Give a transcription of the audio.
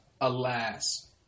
Alas